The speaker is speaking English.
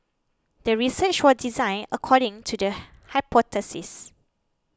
the research was designed according to the hypothesis